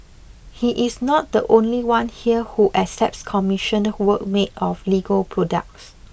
he is not the only one here who accepts commissioned work made of Lego products